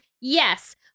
yes